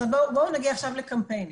אז בואו נגיע עכשיו לקמפיינים.